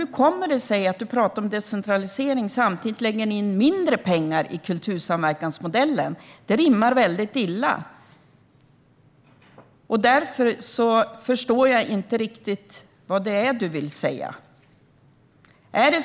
Hur kommer det sig att du pratar om decentralisering samtidigt som ni lägger in mindre pengar i kultursamverkansmodellen? Det rimmar väldigt illa, och därför förstår jag inte riktigt vad det är du vill säga.